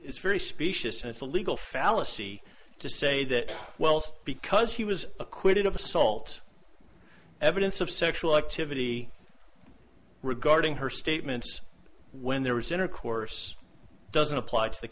it's very specious and it's a legal fallacy to say that because he was acquitted of assault evidence of sexual activity regarding her statements when there was intercourse doesn't apply to th